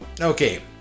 Okay